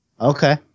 Okay